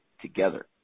together